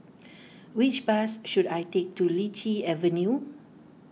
which bus should I take to Lichi Avenue